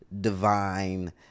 divine